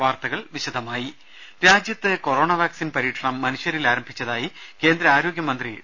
വാർത്തകൾ വിശദമായി രാജ്യത്ത് കൊറോണ വാക്സിൻ പരീക്ഷണം മനുഷ്യരിൽ ആരംഭിച്ചതായി കേന്ദ്ര ആരോഗ്യമന്ത്രി ഡോ